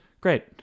Great